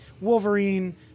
Wolverine